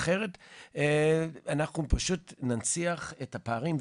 אחרת אנחנו פשוט ננציח את הפערים,